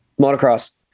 Motocross